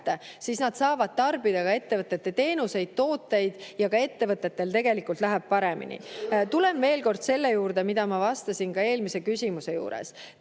siis nad saavad tarbida ka ettevõtete teenuseid-tooteid ja ka ettevõtetel läheb paremini. Tulen veel kord selle juurde, mida ma vastasin eelmise küsimuse juures.